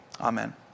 Amen